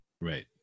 Right